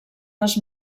les